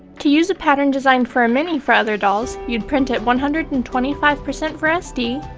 to use a pattern designed for a mini for other dolls, you'd print at one hundred and twenty five percent for sd,